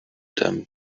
them